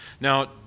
Now